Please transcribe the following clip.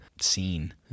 scene